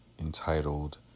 entitled